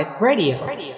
Radio